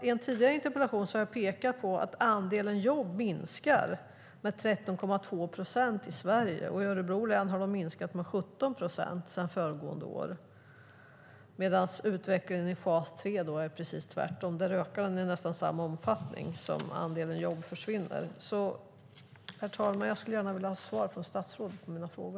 I en tidigare interpellation har jag pekat på att andelen jobb minskar med 13,2 procent i Sverige, och i Örebro län har de minskat med 17 procent sedan föregående år, medan utvecklingen i fas 3 är precis tvärtom: där är det en ökning i nästan samma omfattning som jobben försvinner. Herr talman! Jag skulle gärna vilja ha svar från statsrådet på mina frågor.